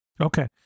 okay